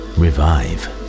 revive